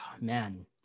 man